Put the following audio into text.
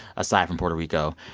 aside from puerto rico.